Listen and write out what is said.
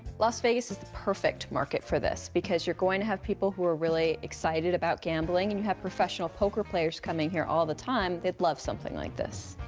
las vegas is the perfect market for this because you're going to have people who are really excited about gambling. and you have professional poker players coming here all the time. they'd love something like this.